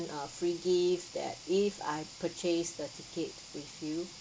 uh free gift that if I purchased the ticket with you